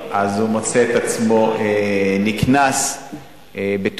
הוא מוצא את עצמו נקנס בסכומים,